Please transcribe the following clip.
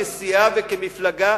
כסיעה וכמפלגה,